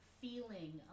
feeling